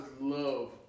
love